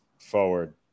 forward